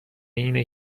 اینه